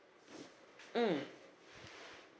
mm